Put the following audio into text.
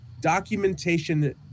documentation